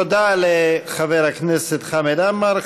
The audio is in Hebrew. תודה לחבר הכנסת חמד עמאר.